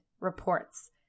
reports